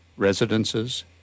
residences